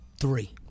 three